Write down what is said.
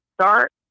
start